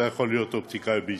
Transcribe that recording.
אתה יכול להיות אופטיקאי בישראל.